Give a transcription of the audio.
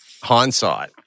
hindsight